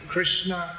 Krishna